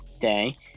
Day